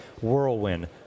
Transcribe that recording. whirlwind